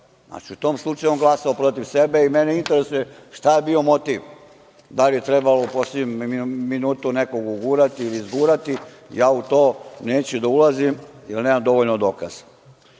u tom slučaju on je glasao protiv sebe. Mene interesuje šta je bio motiv? Da li je trebalo u poslednjem minutu nekog ugurati ili izgurati, ja u to neću da ulazim, jer nemam dovoljno dokaza. Piše